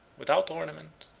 without ornament,